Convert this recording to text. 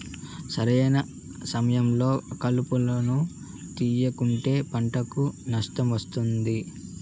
సరైన సమయంలో కలుపును తేయకుంటే పంటకు నష్టం వస్తాది